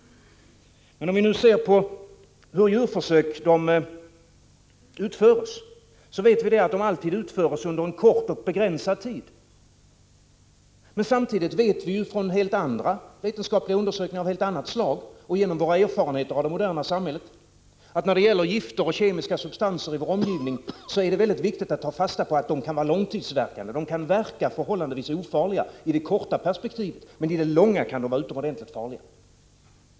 Om vi nu ser på hur djurförsök utförs så vet vi att de alltid utförs under en kort och begränsad tid. Men samtidigt vet vi från andra vetenskapliga undersökningar av helt annat slag och genom våra erfarenheter av det moderna samhället att när det gäller gifter och kemiska substanser i vår omgivning är det viktigt att ta fasta på att de kan vara långtidsverkande. De kan förefalla förhållandevis ofarliga i det korta perspektivet men i det långa kan de vara utomordentligt farliga.